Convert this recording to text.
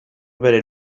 bere